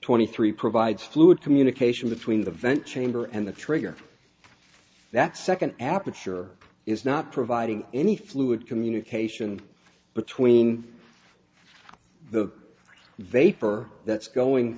twenty three provides fluid communication between the vent chamber and the trigger that second aperture is not providing any fluid communication between the vapor that's going